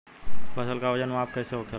फसल का वजन माप कैसे होखेला?